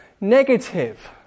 negative